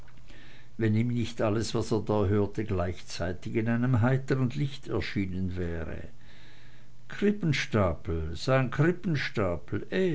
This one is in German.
wenn ihm nicht alles was er da hörte gleichzeitig in einem heiteren licht erschienen wäre krippenstapel sein